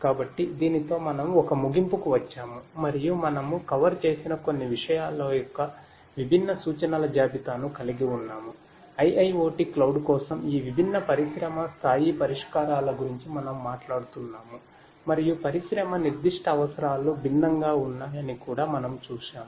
కాబట్టి దీనితో మనము ఒక ముగింపుకు వచ్చాము మరియు మనము కవర్ చేసిన కొన్ని విషయాల యొక్క విభిన్న సూచనల జాబితాను కలిగి ఉన్నాము